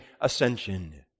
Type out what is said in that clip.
ascension